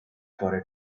for